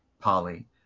Polly